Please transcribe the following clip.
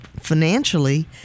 financially